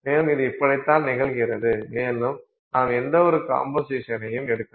மேலும் இது இப்படித்தான் நிகழ்கிறது மேலும் நாம் எந்தவொரு கம்போசிஷனையும் எடுக்கலாம்